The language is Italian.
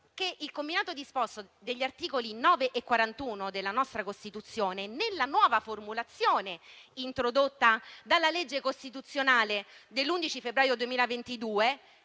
che il combinato disposto degli articoli 9 e 41 della nostra Costituzione, nella nuova formulazione introdotta dalla legge costituzionale dell'11 febbraio 2022,